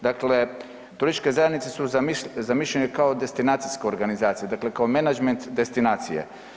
Dakle, turističke zajednice su zamišljene kao destinacijske organizacije, dakle kao menadžment destinacije.